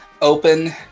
open